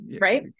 Right